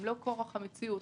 הם לא כורח המציאות.